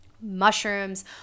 mushrooms